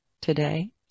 today